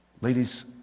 Ladies